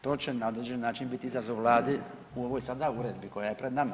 To će na određen način bit izazov vladi u ovoj sada uredbi koja je pred nama.